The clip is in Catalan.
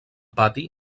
pati